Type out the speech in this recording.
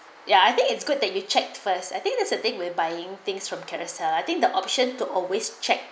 ya I think it's good that you checked first I think that's the thing with buying things from Carousell I think the option to always check